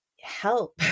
help